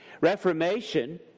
Reformation